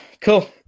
cool